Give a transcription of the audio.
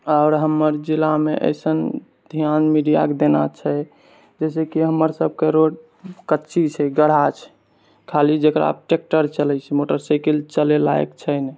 आओर हमर जिलामे एसन ध्यान मीडियाके देना छै जैसे कि हमरसभके रोड कच्ची छै गढ्ढा छै खालि जकरा ट्रैक्टर चलै छै मोटरसाइकिल चलै लायक छै नहि